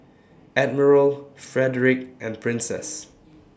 Admiral Frederic and Princess